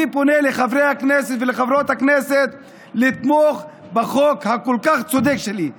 אני פונה לחברי הכנסת ולחברות הכנסת לתמוך בחוק הצודק כל כך שלי.